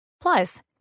Plus